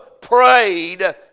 prayed